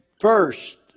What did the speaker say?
first